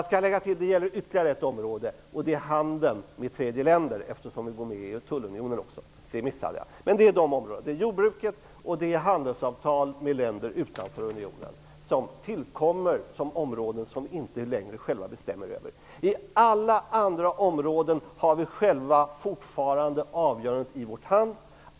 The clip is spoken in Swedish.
Det gäller faktiskt ytterligare ett område, nämligen handeln med tredje länder, eftersom vi också går med i tullunionen -- det missade jag. Det är alltså de områden som rör jordbruk och handelsavtal utanför unionen som tillkommer och som vi inte längre bestämmer själva över. På alla andra områden har vi själva fortfarande avgörandet i vår hand.